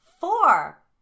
Four